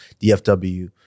DFW